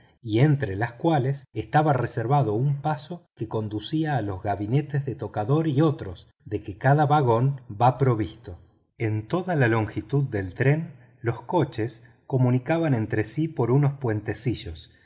y entre los cuales estaba reservado un paso que conducía a los gabinetes de tocador y otros con que cada vagón va provisto en toda la longitud del tren los coches comunicaban entre sí por unos